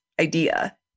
idea